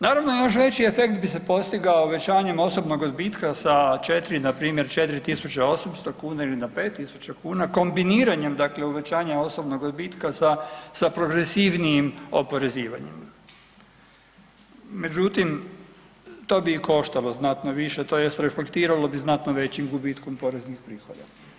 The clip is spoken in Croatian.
Naravno još veći efekt bi se postigao uvećanjem osobnog odbitka sa četiri npr. 4.800 kuna ili na 5.000 kuna kombiniranjem uvećanja osobnog odbitka sa progresivnijim oporezivanjem, međutim to bi i koštalo znatno više tj. reflektiralo bi znatnom većim gubitkom poreznih prihoda.